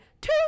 Two